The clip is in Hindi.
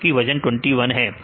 तो इसका वजन 21 है